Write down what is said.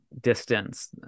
distance